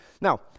Now